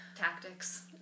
Tactics